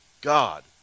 God